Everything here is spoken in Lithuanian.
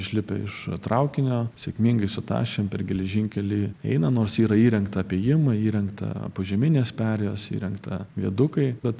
išlipę iš traukinio sėkmingai su tašėm per geležinkelį eina nors yra įrengta apėjimai įrengta požeminės perėjos įrengta viadukai bet